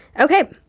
Okay